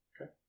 Okay